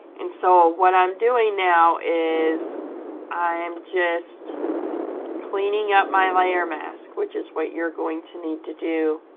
and so what i'm doing now and is i am just cleaning up my layer mask which is what you're going to need to do